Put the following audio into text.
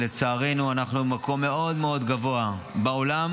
שלצערנו בזה אנחנו במקום מאוד מאוד גבוה בעולם,